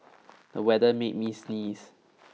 the weather made me sneeze